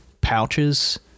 pouches